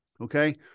okay